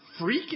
freaking